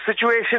situation